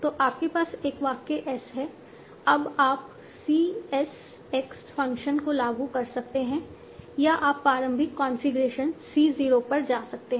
तो आपके पास एक वाक्य S है अब आप c s x फ़ंक्शन को लागू कर सकते हैं या आप प्रारंभिक कॉन्फ़िगरेशन C 0 पर जा सकते हैं